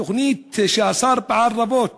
תוכנית שהשר פעל רבות